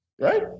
right